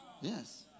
Yes